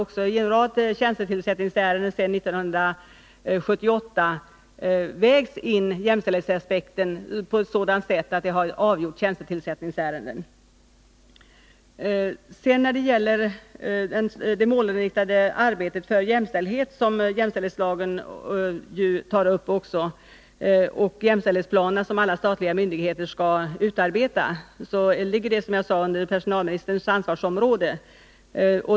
I en rad tjänstetillsättningsärenden sedan 1978 har jämställdhetsaspekten vägts in på ett sådant sätt att den har avgjort ärendena. Frågor som rör det målinriktade arbetet för jämställdhet, som jämställdhetslagen också omfattar, och de jämställdhetsplaner som alla statliga myndigheter skall utarbeta faller som sagt under personalministerns ansvarsområde.